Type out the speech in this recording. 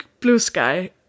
Bluesky